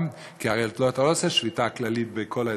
כי הרי אתה לא עושה שביתה כללית בכל האזורים.